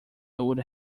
would